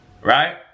right